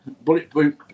Bulletproof